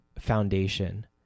foundation